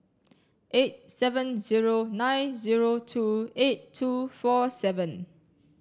eight seven zero nine zero two eight two four seven